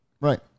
Right